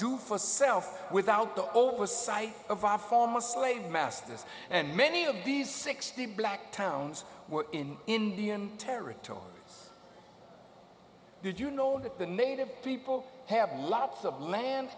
do for self without the oversight of our former slave masters and many of these sixty black towns were in indian territory did you know that the native people have lots of land